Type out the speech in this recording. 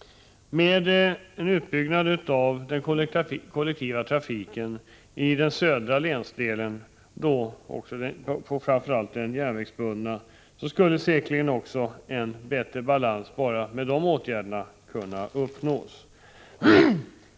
Enbart med en utbyggnad av den kollektiva trafiken i den södra länsdelen, framför allt den järnvägsbundna, skulle säkerligen också en bättre balans kunna uppnås.